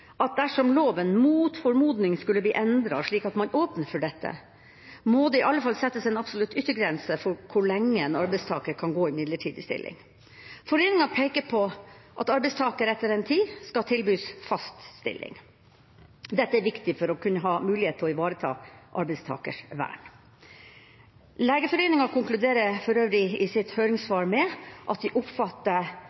at dersom loven, mot formodning, skulle bli endret slik at man åpner for dette, må det i alle fall settes en absolutt yttergrense for hvor lenge en arbeidstaker kan gå i midlertidig stilling. Foreninga peker på at arbeidstaker etter en tid skal tilbys fast stilling. Dette er viktig for å kunne ha mulighet til å ivareta arbeidstakers vern. Legeforeningen konkluderer for øvrig i sitt